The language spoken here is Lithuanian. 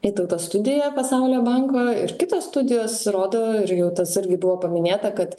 vytauto studiją pasaulio banko ir kitos studijos rodo ir jau tas irgi buvo paminėta kad